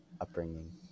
upbringing